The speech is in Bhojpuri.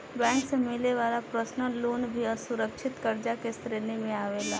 बैंक से मिले वाला पर्सनल लोन भी असुरक्षित कर्जा के श्रेणी में आवेला